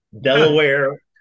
Delaware